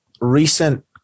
recent